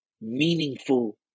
meaningful